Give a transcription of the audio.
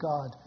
God